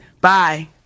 Bye